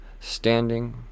standing